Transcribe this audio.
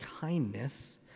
kindness